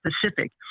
Pacific